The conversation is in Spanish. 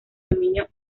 dominio